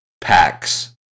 packs